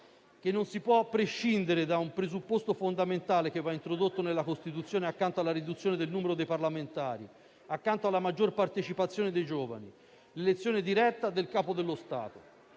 che non si può prescindere da un presupposto fondamentale che va introdotto nella Costituzione accanto alla riduzione del numero dei parlamentari e alla maggior partecipazione dei giovani: l'elezione diretta del capo dello Stato.